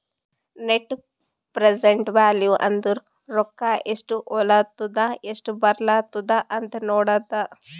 net present value ಅಂದುರ್ ರೊಕ್ಕಾ ಎಸ್ಟ್ ಹೊಲತ್ತುದ ಎಸ್ಟ್ ಬರ್ಲತ್ತದ ಅಂತ್ ನೋಡದ್ದ